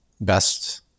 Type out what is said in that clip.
best